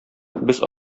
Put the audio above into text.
без